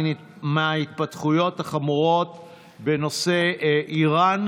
בנושא: התעלמות הממשלה מן ההתפתחויות החמורות בנושא איראן,